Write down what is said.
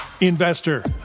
investor